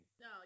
No